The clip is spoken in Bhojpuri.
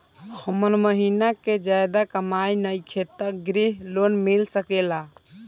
हमर महीना के ज्यादा कमाई नईखे त ग्रिहऽ लोन मिल सकेला?